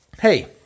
hey